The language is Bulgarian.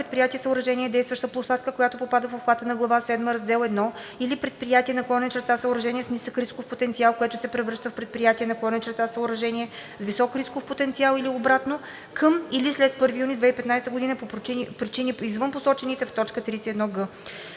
предприятие/съоръжение” е действаща площадка, която попада в обхвата на глава седма, раздел I, или предприятие/съоръжение с нисък рисков потенциал, което се превръща в предприятие/съоръжение с висок рисков потенциал или обратно, към или след 1 юни 2015 г. по причини, извън посочените в т. 31г.“